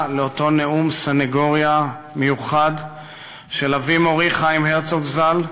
לאותו נאום סנגוריה מיוחד של אבי מורי חיים הרצוג ז"ל,